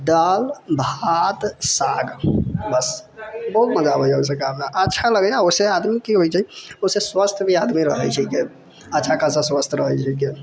दाल भात साग बस बहुत मजा अबैया ऊसब ख़ाइमे अच्छा लगैया ओहिसे आदमी की होइ छै ओहिसे स्वस्थ भी आदमी रहै छैके अच्छा खासा स्वस्थ रहै छैके